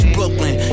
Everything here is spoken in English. Brooklyn